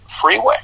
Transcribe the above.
freeway